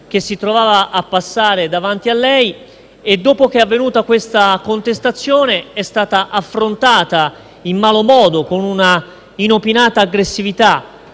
che si trovava a passare davanti a lei. Ebbene, dopo che è avvenuta tale contestazione, la donna è stata affrontata in malo modo, con una inopinata aggressività,